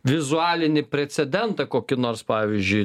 vizualinį precedentą kokį nors pavyzdžiui